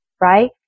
Right